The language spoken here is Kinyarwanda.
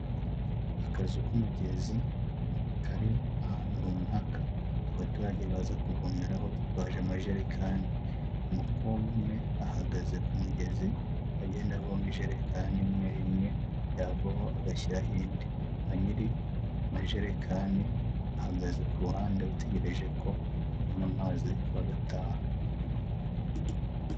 Akazu k'umugezi kari ahantu runaka abaturage baza kuvomeraho bitwaje amajerekani, umukobwa umwe ahagaze ku mugezi agenda avoma ijerekani imwe imwe yavaho agashyiraho indi, ba nyiri majerekani bahagaze ku ruhande bategereje ko babona amazi bagataha.